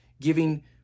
giving